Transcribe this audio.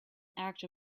act